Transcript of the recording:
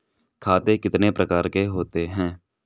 खाते कितने प्रकार के होते हैं?